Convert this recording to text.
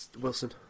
Wilson